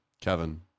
Kevin